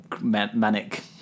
manic